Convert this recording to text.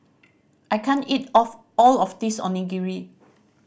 I can't eat of all of this Onigiri